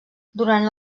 durant